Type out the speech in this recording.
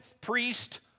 priest